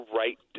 right